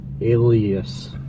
alias